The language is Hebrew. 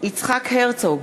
יצחק הרצוג,